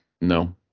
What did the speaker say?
No